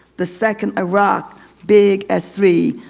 the second, a rock big as three.